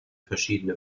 verschiedene